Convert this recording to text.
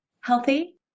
healthy